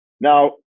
Now